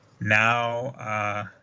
now